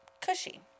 cushy